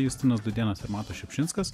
justinas dudėnas ir matas šiupšinskas